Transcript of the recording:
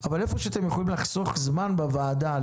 אבל איפה שאתם יכולים לחסוך זמן בוועדה על